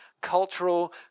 cultural